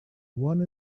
one